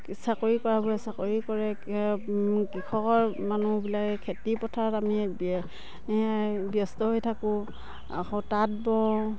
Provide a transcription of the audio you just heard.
চাকৰি কৰাবোৰে চাকৰি কৰে কৃষকৰ মানুহবিলাকে খেতি পথাৰত আমি ব্যস্ত হৈ থাকো আকৌ তাঁত বওঁ